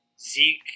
Zeke